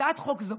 הצעת חוק זו